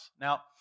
Now